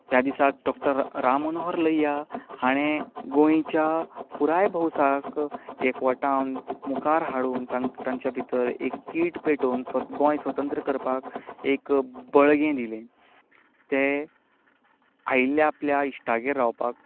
ह्या दिसाक डॉक्टर राममनोहर लोहिया हाणें गोंयच्या पुराय भौसाक एकटावन मुखार हाडून तांकां तांचे भितर एक कीट पेटोवन गोंय स्वतंत्र करपाक एक बळगें दिलें ते आयिल्ले आपल्या इश्टागेर रावपाक